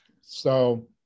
So-